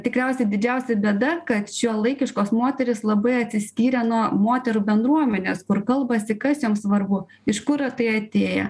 tikriausiai didžiausia bėda kad šiuolaikiškos moterys labai atsiskyrę nuo moterų bendruomenės kur kalbasi kas joms svarbu iš kur tai atėję